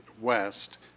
west